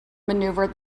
maneuver